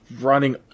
running